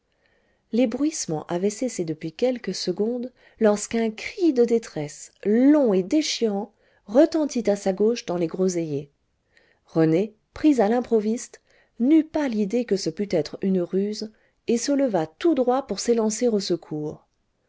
les bruissements avaient cessé depuis quelques secondes lorsqu'un cri de détresse long et déchirant retentit à sa gauche dans les groseilliers rené pris à l'improviste n'eut pas l'idée que ce pût être une ruse et se leva tout droit pour s'élancer au secours